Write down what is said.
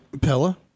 Pella